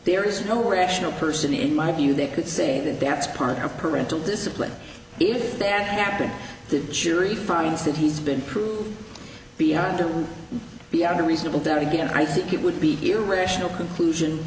there is no rational person in my view they could say that that's part of parental discipline if that happened the jury finds that he's been proved beyond to be under reasonable doubt again i think it would be irrational conclusion